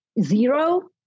Zero